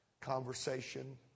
conversation